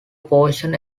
portion